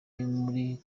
muri